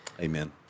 Amen